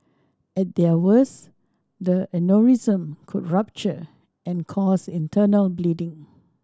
at their worst the aneurysm could rupture and cause internal bleeding